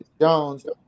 Jones